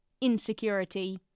insecurity